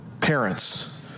Parents